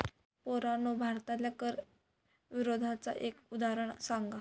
पोरांनो भारतातल्या कर विरोधाचा एक उदाहरण सांगा